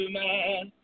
man